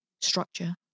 structure